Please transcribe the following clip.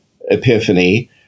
Epiphany